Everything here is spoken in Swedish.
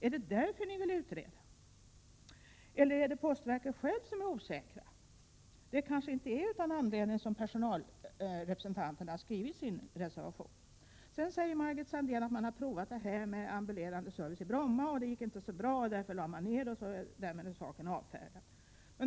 Är det därför som ni vill utreda? Eller är postverket självt osäkert? Det är kanske inte utan anledning som personalrepresentanterna har skrivit sin reservation. Margit Sandéhn sade att man har provat ambulerande postservice i Bromma, men att det inte gick så bra, varför man lade ned verksamheten. Därmed är saken avfärdad.